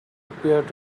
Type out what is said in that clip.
appeared